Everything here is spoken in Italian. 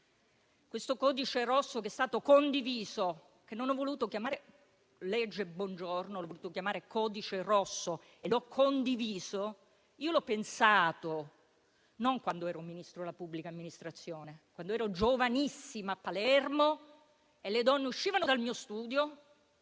il codice rosso ed è stato condiviso. Non l'ho voluto chiamare legge Bongiorno: l'ho voluto chiamare «codice rosso» e l'ho condiviso. Io l'ho pensato non quando ero Ministro per la pubblica amministrazione, ma quando ero giovanissima a Palermo e le donne uscivano dal mio studio,